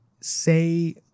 say